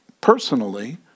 personally